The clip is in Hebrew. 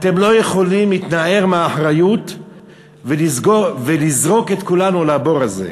אתם לא יכולים להתנער מאחריות ולזרוק את כולנו לבור הזה.